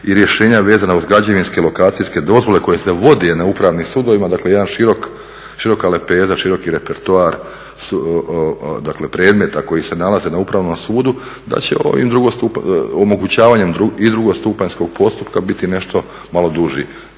i rješenja vezana uz građevinske lokacijske dozvole koji se vodi na Upravnim sudovima. Dakle, jedna široka lepeza, široki repertuar, dakle predmeta koji se nalaze na Upravnom sudu dat će ovim, omogućavanjem i drugostupanjskog postupka biti nešto malo duži.